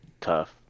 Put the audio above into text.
Tough